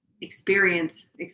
experience